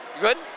good